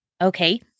okay